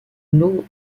lot